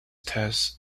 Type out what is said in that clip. test